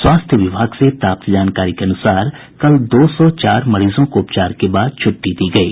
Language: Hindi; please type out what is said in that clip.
स्वास्थ्य विभाग से प्राप्त जानकारी के अनुसार कल दो सौ चार मरीजों को उपचार के बाद छुट्टी दी गयी